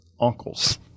uncles